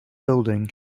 building